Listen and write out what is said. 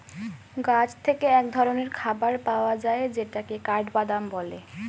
গাছ থেকে এক ধরনের খাবার পাওয়া যায় যেটাকে কাঠবাদাম বলে